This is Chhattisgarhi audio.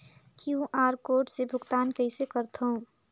क्यू.आर कोड से भुगतान कइसे करथव?